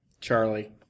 Charlie